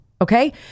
Okay